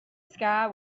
sky